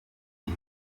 izo